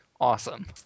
awesome